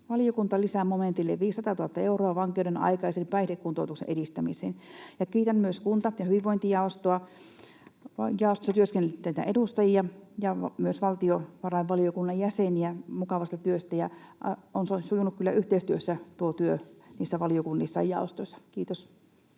Valiokunta lisää momentille 500 000 euroa vankeuden aikaisen päihdekuntoutuksen edistämiseen. Kiitän myös kunta- ja hyvinvointijaostoa jaostotyöskentelystä ja myös valtiovarainvaliokunnan jäseniä mukavasta työstä. On kyllä sujunut yhteistyössä tuo työ valiokunnissa ja jaostoissa. — Kiitos.